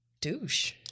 douche